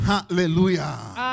Hallelujah